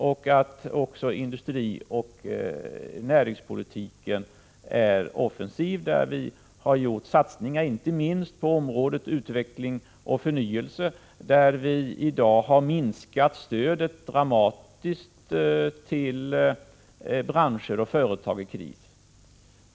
Det visar också att industrioch näringspolitiken är offensiv, där vi gjort satsningar inte minst på området utveckling och förnyelse. Vi har dramatiskt minskat stödet till branscher och företag i kris.